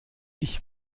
ich